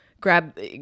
grab